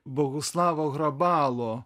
bohuslavo hrobalo